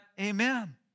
amen